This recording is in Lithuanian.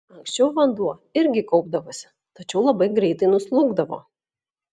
anksčiau vanduo irgi kaupdavosi tačiau labai greitai nuslūgdavo